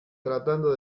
tratando